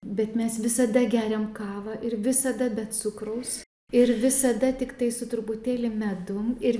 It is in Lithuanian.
bet mes visada geriam kavą ir visada be cukraus ir visada tiktai su truputėlį medum ir